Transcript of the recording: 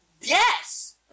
Yes